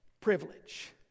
privilege